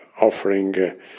offering